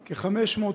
היושב-ראש,